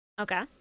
okay